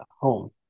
home